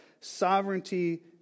sovereignty